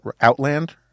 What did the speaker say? Outland